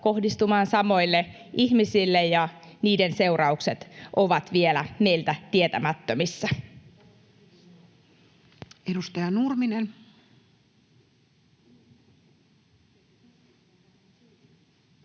kohdistumaan samoille ihmisille ja niiden seuraukset ovat vielä meiltä tietämättömissä. Edustaja Nurminen.